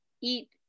eat